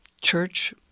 church